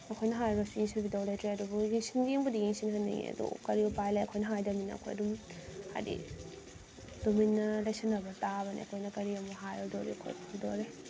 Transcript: ꯑꯩꯈꯣꯏꯅ ꯍꯥꯏꯔꯒꯁꯨ ꯌꯦꯡꯁꯤꯟꯕꯤꯗꯧ ꯂꯩꯇ꯭ꯔꯦ ꯑꯗꯨꯕꯨ ꯌꯦꯡꯁꯤꯟ ꯌꯦꯡꯕꯨꯗꯤ ꯌꯦꯡꯁꯤꯟꯍꯟꯅꯤꯡꯉꯤ ꯑꯗꯣ ꯀꯔꯤ ꯎꯄꯥꯏ ꯂꯩ ꯑꯩꯈꯣꯏꯅ ꯍꯥꯏꯗ꯭ꯔꯃꯤꯅ ꯑꯩꯈꯣꯏ ꯑꯗꯨꯝ ꯍꯥꯏꯗꯤ ꯇꯨꯃꯤꯟꯅ ꯂꯩꯁꯟꯅꯕ ꯇꯥꯕꯅꯦ ꯑꯩꯈꯣꯏꯅ ꯀꯔꯤ ꯑꯃꯨꯛ ꯍꯥꯏꯔꯨꯗꯣꯔꯤ ꯈꯣꯠꯂꯨꯗꯣꯔꯤ